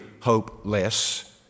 hopeless